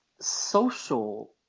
social